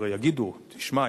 הרי יגידו: תשמע,